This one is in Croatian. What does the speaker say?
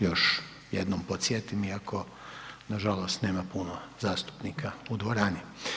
još jednom podsjetim iako nažalost nema puno zastupnika u dvorani.